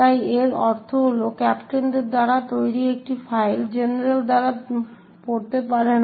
তাই এর অর্থ হল ক্যাপ্টেনদের দ্বারা তৈরি একটি ফাইল জেনারেল দ্বারা পড়তে পারে না